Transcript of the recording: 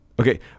Okay